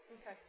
Okay